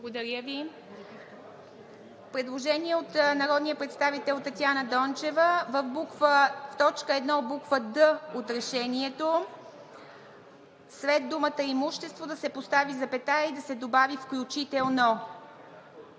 е прието. Предложение от народния представител Татяна Дончева в точка 1, буква „д“ от Решението след думата „имущество“ да се постави запетая и да се добави „включително“.